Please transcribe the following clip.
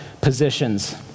positions